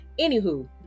Anywho